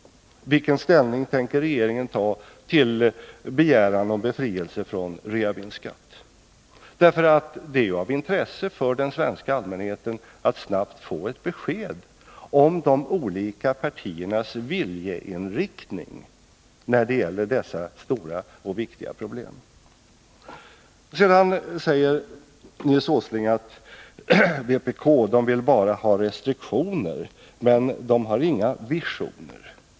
Vilken ställning tänker regeringen ta till begäran om befrielse från reavinstskatt? Det är ju av intresse för den svenska allmänheten att snabbt få besked om de olika partiernas viljeinriktning när det gäller dessa stora och viktiga problem. Sedan säger Nils Åsling: Vpk vill bara ha restriktioner, men vpk har inga visioner.